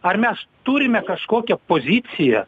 ar mes turime kažkokią poziciją